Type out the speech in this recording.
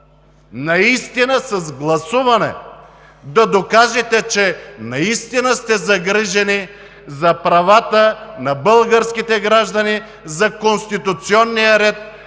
с гласуване да докажете, че наистина сте загрижени за правата на българските граждани, за конституционния ред,